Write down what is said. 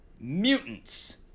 mutants